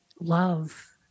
love